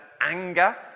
anger